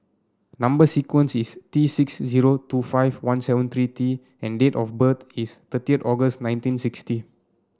number sequence is T six zero two five one seven three T and date of birth is thirty August nineteen sixty